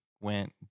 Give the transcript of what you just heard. went